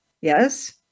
Yes